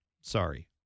sorry